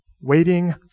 waiting